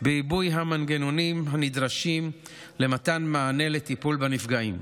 בעיבוי המנגנונים הנדרשים למתן מענה לטיפול בנפגעים.